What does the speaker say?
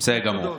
בסדר גמור.